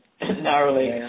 Narrowly